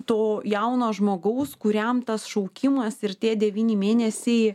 to jauno žmogaus kuriam tas šaukimas ir tie devyni mėnesiai